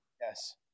Yes